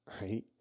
right